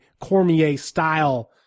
Cormier-style